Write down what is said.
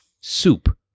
Soup